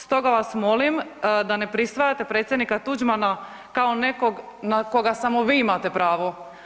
Stoga vas molim da ne prisvajate predsjednika Tuđmana kao nekog na koga samo vi imate pravo.